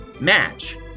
match